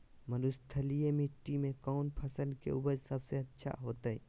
मरुस्थलीय मिट्टी मैं कौन फसल के उपज सबसे अच्छा होतय?